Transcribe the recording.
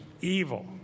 evil